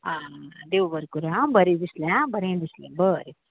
आ देव बरें करूं आ बरें दिसलें हा बरें दिसलें बरें